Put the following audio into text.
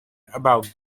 about